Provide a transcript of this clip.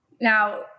Now